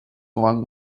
along